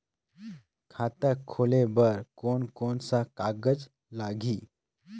खाता खुले बार कोन कोन सा कागज़ लगही?